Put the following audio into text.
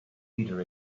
leader